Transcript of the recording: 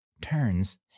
turns